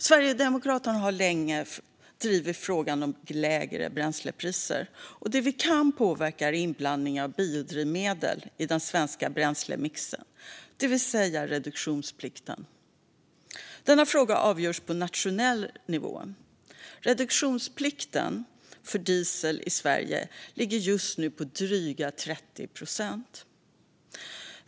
Sverigedemokraterna har länge drivit frågan om lägre bränslepriser. Det vi kan påverka är inblandningen av biodrivmedel i den svenska bränslemixen, det vill säga reduktionsplikten. Denna fråga avgörs på nationell nivå. Reduktionsplikten för diesel i Sverige ligger just nu på dryga 30 procent.